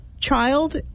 child